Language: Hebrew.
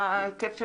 מה היקף הדיון.